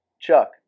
Chuck